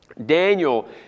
Daniel